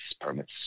permits